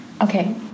okay